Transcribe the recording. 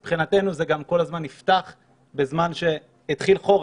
מבחינתנו, זה נפתח כשהתחיל חורף.